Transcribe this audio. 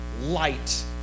Light